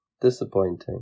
Disappointing